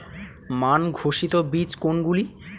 মান ঘোষিত বীজ কোনগুলি?